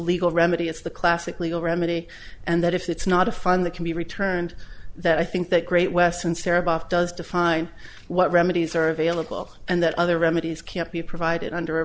legal remedy it's the classic legal remedy and that if it's not a fund that can be returned that i think that great western sahara buff does define what remedies are available and that other remedies can't be provided under a